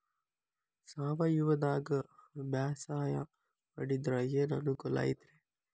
ಸಾವಯವದಾಗಾ ಬ್ಯಾಸಾಯಾ ಮಾಡಿದ್ರ ಏನ್ ಅನುಕೂಲ ಐತ್ರೇ?